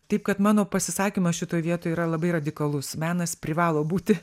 taip kad mano pasisakymas šitoj vietoj yra labai radikalus menas privalo būti